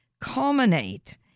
culminate